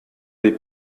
dei